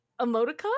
emoticon